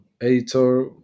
editor